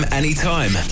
anytime